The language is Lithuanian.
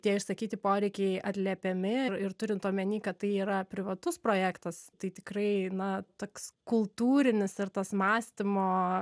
tie išsakyti poreikiai atliepiami ir turint omeny kad tai yra privatus projektas tai tikrai na toks kultūrinis ir tas mąstymo